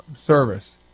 service